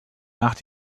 nach